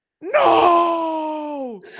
no